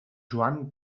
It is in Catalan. joan